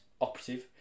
operative